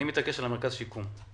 אני מתעקש על מרכז השיקום.